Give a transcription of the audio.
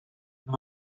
the